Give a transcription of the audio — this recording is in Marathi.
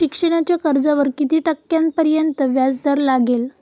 शिक्षणाच्या कर्जावर किती टक्क्यांपर्यंत व्याजदर लागेल?